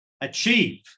achieve